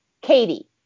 Katie